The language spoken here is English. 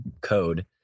code